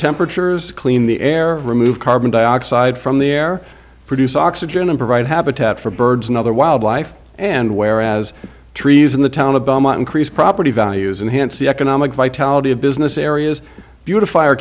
temperatures clean the air remove carbon dioxide from the air produce oxygen and provide habitat for birds and other wildlife and whereas trees in the town of increase property values and hence the economic vitality of business areas beautif